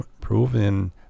proven